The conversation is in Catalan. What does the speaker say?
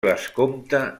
vescomte